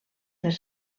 les